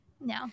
No